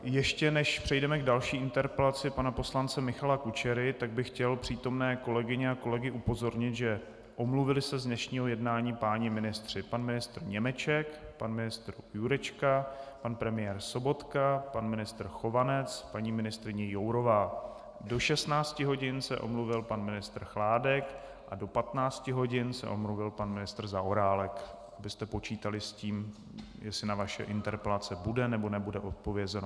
Ještě než přejdeme k další interpelaci pana poslance Michala Kučery, tak bych chtěl přítomné kolegyně a kolegy upozornit, že se z dnešního jednání omluvili páni ministři: pan ministr Němeček, pan ministr Jurečka, pan premiér Sobotka, pan ministr Chovanec, paní ministryně Jourová, do 16 hodin se omluvil pan ministr Chládek a do 15 hodin se omluvil pan ministr Zaorálek, abyste počítali s tím, jestli na vaše interpelace bude nebo nebude odpovězeno.